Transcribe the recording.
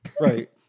Right